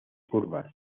curvas